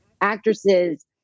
actresses